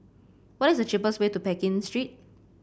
what is the cheapest way to Pekin Street